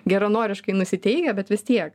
geranoriškai nusiteikę bet vis tiek